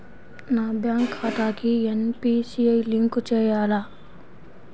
నా బ్యాంక్ ఖాతాకి NPCI link చేయాలా?